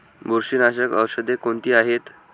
बुरशीनाशक औषधे कोणती आहेत?